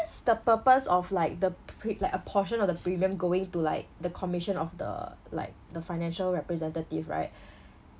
the purpose of like the pre~ like a portion of the premium going to like the commission of the like the financial representative right